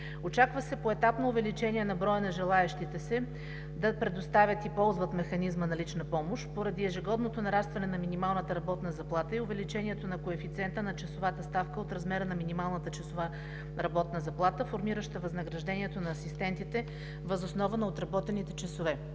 Очаква се поетапно увеличение на броя на желаещите да предоставят и ползват механизма на лична помощ поради ежегодното нарастване на минималната работна заплата и увеличението на коефициента на часовата ставка от размера на минималната часова работна заплата, формираща възнаграждението на асистентите въз основа на отработените часове.